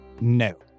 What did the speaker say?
No